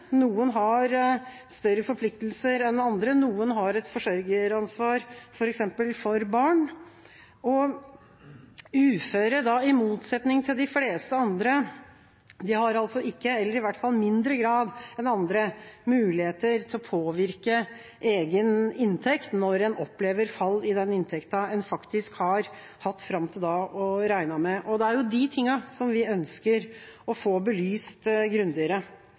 noen har større forpliktelser enn andre, noen har et forsørgeransvar, f.eks. for barn. Uføre har ikke, i motsetning til de fleste andre – eller har iallfall i mindre grad enn andre – muligheter til å påvirke egen inntekt når en opplever fall i den inntekten en faktisk har hatt fram til da og regnet med. Det er de tingene vi ønsker å få belyst grundigere.